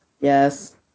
Yes